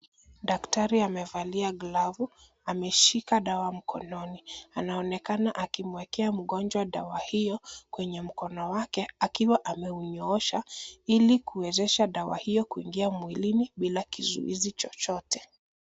Daktari amevalia glavu ameshika dawa mkononi. Anaonekana akimwekea mgonjwa dawa hio kwenye mkono wake akiwa ameunyoosha ili kuwezesha dawa hio kuingia mwilini bila kizuizi chochote.